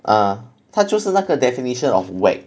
啊他就是那个 definition of wack